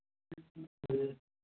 ᱦᱩᱸ